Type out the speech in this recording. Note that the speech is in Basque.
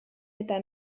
eta